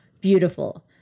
beautiful